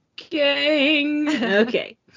Okay